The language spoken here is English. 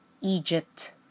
Egypt